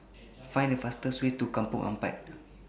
Find The fastest Way to Kampong Ampat